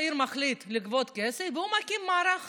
ראש העיר מחליט לגבות כסף, והוא מקים מערך חמוש,